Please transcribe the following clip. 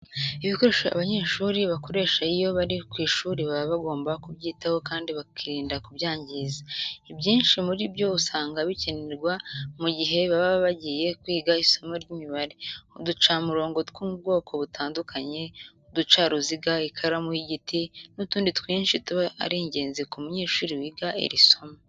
Ibikoresho abanyeshuri bakoresha iyo bari ku ishuri baba bagomba kubyitaho kandi bakirinda kubyangiza. Ibyinshi muri byo usanga bikenerwa mu gihe baba bagiye kwiga isomo ry'imibare. Uducamurongo tw'ubwoko butandukanye, uducaruziga, ikaramu y'igiti n'utundi twinshi tuba ari ingenzi ku munyeshuri wiga iri somo.